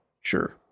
Sure